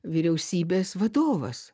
vyriausybės vadovas